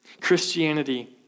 Christianity